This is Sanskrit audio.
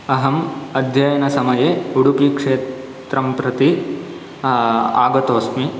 अहम् अध्ययनसमये उडुपिक्षेत्रं प्रति आगतोस्मि